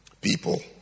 people